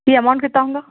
جی amount کتنا ہوں گا